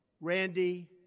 Randy